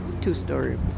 two-story